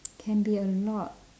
can be a lot